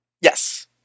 Yes